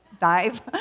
dive